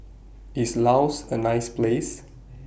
IS Laos A nice Place